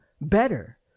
better